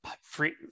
free